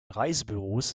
reisebüros